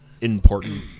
important